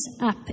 up